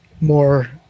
more